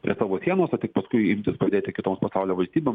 prie savo sienos o tik paskui imtis padėti kitoms pasaulio valstybėm